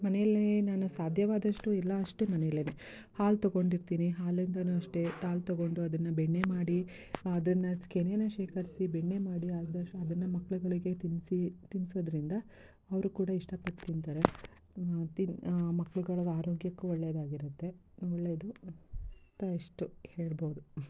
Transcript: ಮನೆಯಲ್ಲೇ ನಾನು ಸಾಧ್ಯವಾದಷ್ಟು ಎಲ್ಲ ಅಷ್ಟು ಮನೆಯಲ್ಲೆ ಹಾಲು ತಕೊಂಡಿರ್ತೀನಿ ಹಾಲಿಂದಲೂ ಅಷ್ಟೇ ಹಾಲ್ ತಗೊಂಡು ಅದನ್ನು ಬೆಣ್ಣೆ ಮಾಡಿ ಅದನ್ನ ಕೆನೆನ ಶೇಖರ್ಸಿ ಬೆಣ್ಣೆ ಮಾಡಿ ಅದಷ್ಟು ಅದನ್ನು ಮಕ್ಳುಗಳಿಗೆ ತಿನ್ನಿಸಿ ತಿನ್ಸೋದರಿಂದ ಅವರು ಕೂಡ ಇಷ್ಟಪಟ್ಟು ತಿಂತಾರೆ ತಿನ್ನು ಮಕ್ಳುಗಳ್ಗೆ ಆರೋಗ್ಯಕ್ಕೂ ಒಳ್ಳೆಯದಾಗಿರುತ್ತೆ ಒಳ್ಳೇದು ಅಂತ ಇಷ್ಟು ಹೇಳ್ಬೋದು